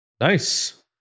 Nice